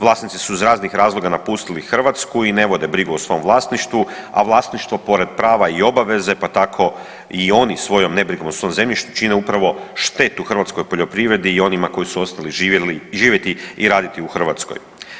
Vlasnici su iz raznih razloga napustili Hrvatsku i ne vode brigu o svom vlasništvu, a vlasništvo pored prava i obaveze, pa tako i oni svojom nebrigom o svom zemljištu čine upravo štetu hrvatskoj poljoprivredi i onima koji su ostali živjeti i raditi u Hrvatskoj.